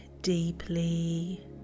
deeply